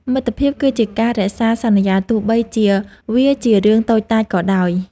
មិត្តភាពគឺជាការរក្សាសន្យាទោះបីជាវាជារឿងតូចតាចក៏ដោយ។